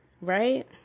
right